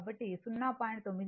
కాబట్టి 0